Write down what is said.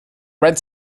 red